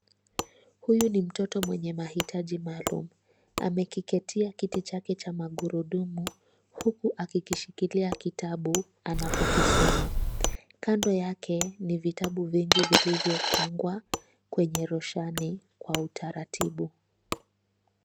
Huyu ni mtoto mwenye mahitaji maalum. Amekiketia kiti chake cha magurudumu huku akikishikilia kitabu anapokisoma. Kando yake, ni vitabu vingi vilivyopangwa kwenye roshani kwa utaratibu.